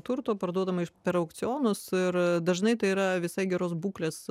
turto parduodama per aukcionus ir dažnai tai yra visai geros būklės